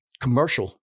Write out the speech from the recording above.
commercial